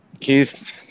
Keith